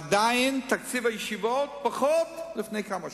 עדיין תקציב הישיבות נמוך מזה שהיה לפני כמה שנים.